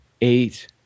Eight